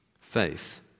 Faith